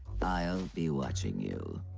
i'll be watching you